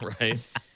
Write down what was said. Right